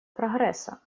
прогресса